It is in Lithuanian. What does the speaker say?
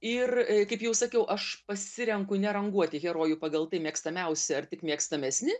ir kaip jau sakiau aš pasirenku neranguoti herojų pagal tai mėgstamiausi ar tik mėgstamesni